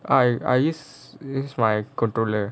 I I use use my controller